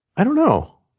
i don't know.